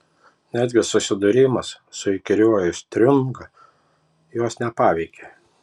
netgi susidūrimas su įkyriuoju striunga jos nepaveikė